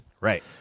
Right